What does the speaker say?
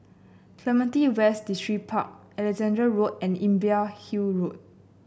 Clementi West Distripark Alexandra Road and Imbiah Hill Road